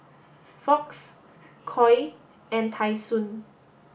Fox Koi and Tai Sun